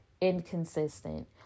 inconsistent